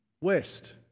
west